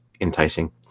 enticing